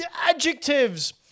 adjectives